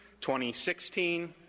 2016